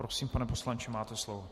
Prosím, pane poslanče, máte slovo.